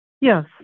Yes